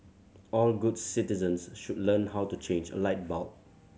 all good citizens should learn how to change a light bulb